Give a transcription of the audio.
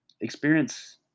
experience